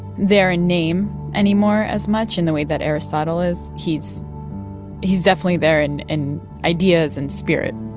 there in name anymore as much, in the way that aristotle is, he's he's definitely there and in ideas and spirit?